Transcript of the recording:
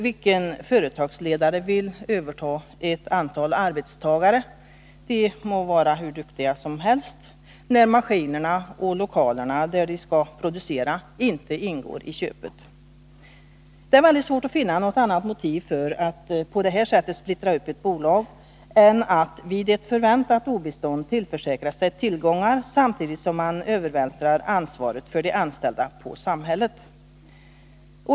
Vilken företagsledare vill överta ett antal arbetstagare — hur duktiga de än må vara — när maskinerna och lokalerna där de skall producera inte ingår i köpet? Det är mycket svårt att finna något annat motiv för att på det här sättet splittra upp ett bolag än att man vid ett förväntat obestånd skall kunna tillförsäkra sig tillgångar samtidigt som man övervältrar ansvaret för de anställda på samhället.